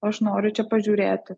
aš noriu čia pažiūrėti